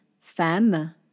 femme